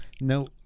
no